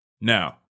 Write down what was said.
Now